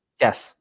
Yes